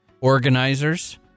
organizers